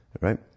Right